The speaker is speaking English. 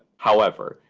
however,